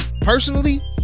personally